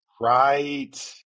Right